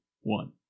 one